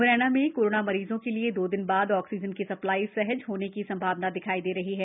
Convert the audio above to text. मुरैना में कोरोना मरीजों के लिये दो दिन बाद ऑक्सीजन की सप्लाई सहज होने की संभावना दिखाई दे रही है